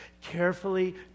Carefully